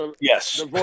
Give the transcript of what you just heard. yes